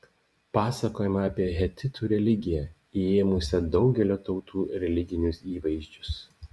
pasakojama apie hetitų religiją įėmusią daugelio tautų religinius įvaizdžius